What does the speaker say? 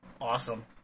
Awesome